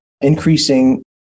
increasing